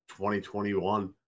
2021